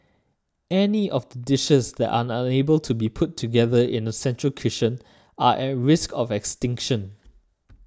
any of the dishes that are unable to be put together in a central kitchen are at risk of extinction